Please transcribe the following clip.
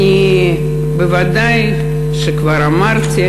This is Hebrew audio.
בוודאי כבר אמרתי,